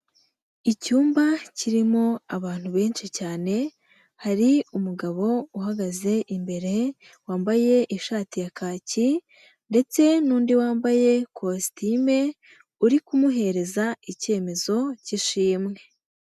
Icyumba kirimo abantu benshi cyane, hari umugabo uhagaze imbere wambaye ishati ya kaki ndetse n'undi wambaye kositime, uri kumuhereza icyemezo cy'ishimwe.